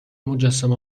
مجسمه